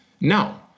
No